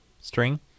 string